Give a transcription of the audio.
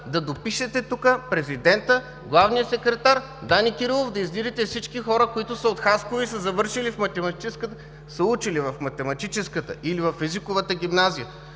да допишете президента, главния секретар, Дани Кирилов, да издирите всички хора, които са от Хасково и са учили в математическата или в езиковата гимназия,